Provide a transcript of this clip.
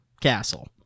castle